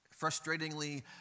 frustratingly